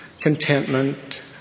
contentment